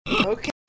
Okay